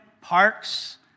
parks